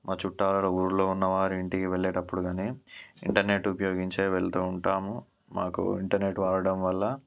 మా చుట్టాలు ఊరిలో ఉన్నవారి ఇంటికి వెళ్లేటప్పుడు కాని ఇంటర్నెట్ ఉపయోగించే వెళ్తూ ఉంటాము మాకు ఇంటర్నెట్ వాడడం వల్ల